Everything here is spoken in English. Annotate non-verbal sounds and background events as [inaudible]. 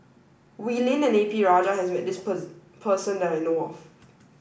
Wee Lin and A P Rajah has met this [unintelligible] person that I know of